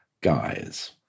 guys